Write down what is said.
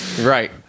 right